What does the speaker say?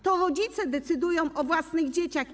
To rodzice decydują o własnych dzieciach.